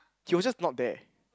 he was just not there